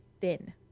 thin